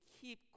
keep